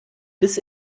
bis